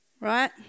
right